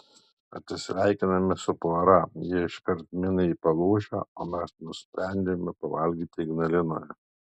atsisveikiname su pora jie iškart mina į palūšę o mes nusprendžiame pavalgyti ignalinoje